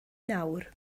nawr